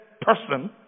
person